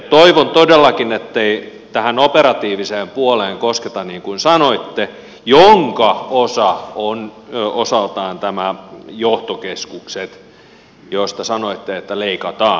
toivon todellakin ettei tähän operatiiviseen puoleen kosketa niin kuin sanotte jonka osa ovat osaltaan nämä johtokeskukset joista sanoitte että leikataan